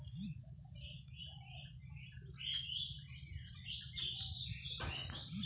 আমাদের ভারত সরকারের ট্যাক্স সম্বন্ধে অনেক নিয়ম কানুন আছে